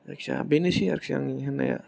जायखिया बेनोसै आरखि आंनि होन्नाया